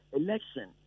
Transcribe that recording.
election